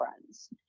friends